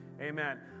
amen